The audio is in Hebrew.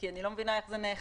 כי אני לא מבינה איך זה נאכף.